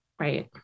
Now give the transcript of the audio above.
right